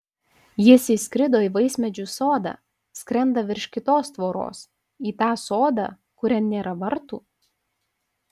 jis įskrido į vaismedžių sodą skrenda virš kitos tvoros į tą sodą kurian nėra vartų